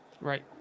right